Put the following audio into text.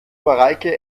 mareike